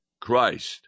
Christ